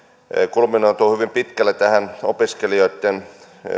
kulminoituu hyvin pitkälle tähän opiskelijoitten